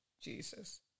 Jesus